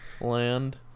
land